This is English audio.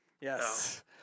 Yes